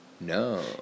No